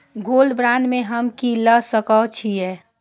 Gold bond में हम की ल सकै छियै?